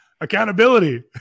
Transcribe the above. Accountability